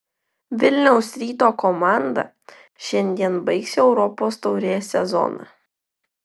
vilniaus ryto komanda šiandien baigs europos taurės sezoną